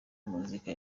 muzika